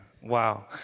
wow